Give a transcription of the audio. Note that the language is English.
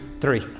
three